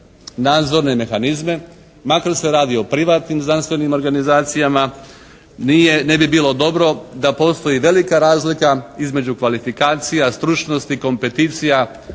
nadzorne mehanizme. Makar se radi o privatnim znanstvenim organizacijama nije, ne bi bilo dobro da postoji velika razlika između kvalifikacija, stručnosti, kompeticija